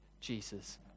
Jesus